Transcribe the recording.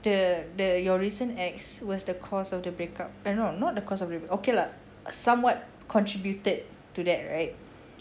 the the your recent ex was the cause of the break up eh not not the cause of your okay lah somewhat contributed to that right